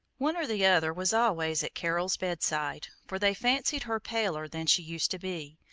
one or the other was always at carol's bedside, for they fancied her paler than she used to be,